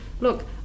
look